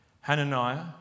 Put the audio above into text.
Hananiah